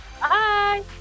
Bye